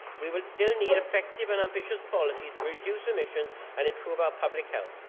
we will still need effective and ambitious policies to reduce emissions and improve our public health.